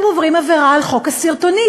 הם עוברים עבירה על חוק הסרטונים.